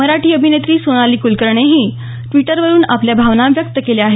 मराठी अभिनेत्री सोनाली कुलकर्णीनेही ट्विटरवरून आपल्या भावना व्यक्त केल्या आहेत